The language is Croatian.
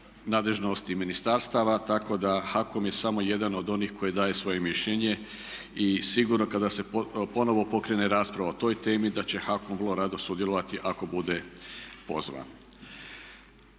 nadležnosti ministarstava tako da HAKOM je samo jedan od onih koji daje svoje mišljenje i sigurno kada se ponovno pokrene rasprava o toj temi da će HAKOM vrlo rado sudjelovati ako bude pozvan.